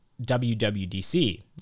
WWDC